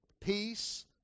peace